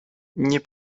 nie